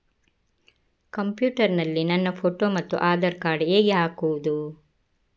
Computer ನಲ್ಲಿ ನನ್ನ photo ಮತ್ತು ಆಧಾರ್ ಕಾರ್ಡ್ ಹೇಗೆ ಹಾಕುವುದು?